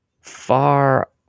far